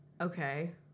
Okay